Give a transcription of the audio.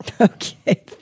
Okay